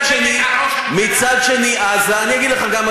התשובה שלי היא כרגע,